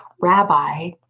Rabbi